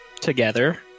together